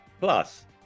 Plus